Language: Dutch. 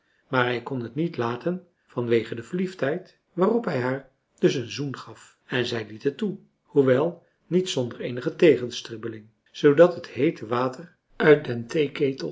maar hij kon het niet laten van wege de verliefdheid waarop hij haar dus een zoen gaf en zij liet het toe hoewel niet zonder eenige tegenstribbeling zoodat het heete water uit den